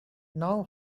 now